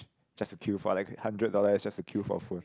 just to queue for like a hundred dollar is just to queue for a phone